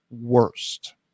worst